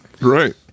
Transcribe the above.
Right